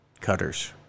cutters